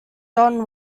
don